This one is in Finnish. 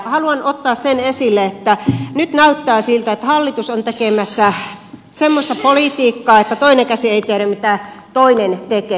haluan ottaa sen esille että nyt näyttää siltä että hallitus on tekemässä semmoista politiikkaa että toinen käsi ei tiedä mitä toinen tekee